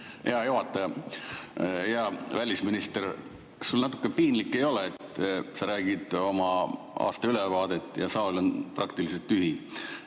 Hea juhataja! Hea välisminister, kas sul natuke piinlik ei ole, et sa [esitad] oma aastaülevaadet ja saal on praktiliselt tühi?